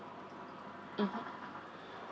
mmhmm